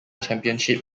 championship